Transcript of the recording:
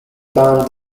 band